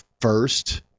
first